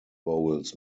vowels